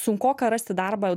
sunkoka rasti darbą